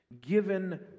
given